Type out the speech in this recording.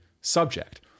subject